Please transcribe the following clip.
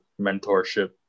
mentorship